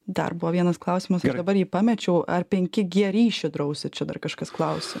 dar buvo vienas klausimas ir dabar jį pamečiau ar penki g ryšio drausti čia dar kažkas klausia